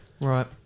Right